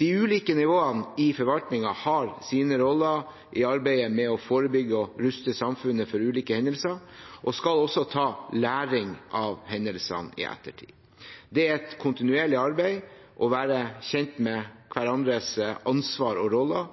De ulike nivåene i forvaltningen har sine roller i arbeidet med å forebygge og ruste samfunnet for ulike hendelser og skal også ta læring av hendelsene i ettertid. Det er et kontinuerlig arbeid å være kjent med hverandres ansvar og roller,